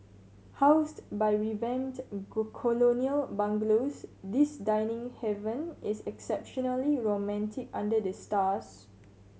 housed by revamped colonial bungalows this dining haven is exceptionally romantic under the stars